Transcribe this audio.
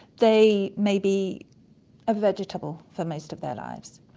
they may be a vegetable for most of their lives.